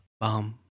Bomb